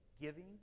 giving